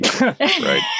Right